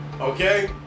Okay